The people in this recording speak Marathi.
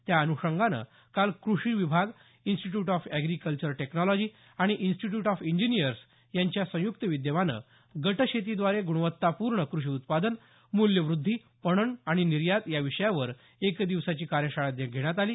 त्या अनुषंगानं काल क्रेषी विभाग इन्स्टिट्यूशन ऑफ एप्रिकल्चर टेक्नॉलॉजी आणि इन्स्टिट्यूशन ऑफ इंजिनिअर्स यांच्या संयुक्त विद्यमानं गटशेतीद्वारे गुणवत्तापूर्ण कृषी उत्पादन मूल्यवृद्धी पणन आणि निर्यात या विषयावर एकदिवसाची कार्यशाळा घेण्यात आली